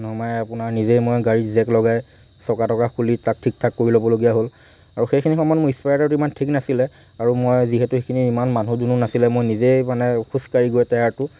নমাই আপোনাৰ নিজেই মই গাড়ীৰ জেক লগাই চকা টকা খুলি তাক ঠিক ঠাক কৰি ল'বলগীয়া হ'ল আৰু সেইখিনি সময়ত মোৰ স্পেয়াৰ টায়াৰটো ইমান ঠিক নাছিলে আৰু মই যিহেতু সেইখিনিত ইমান মানুহ দুনুহ নাছিলে মই নিজেই মানে খোজকাঢ়ি গৈ টায়াৰটো